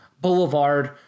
boulevard